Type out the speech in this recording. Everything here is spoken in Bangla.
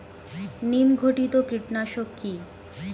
নিম ঘটিত কীটনাশক কি?